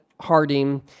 Harding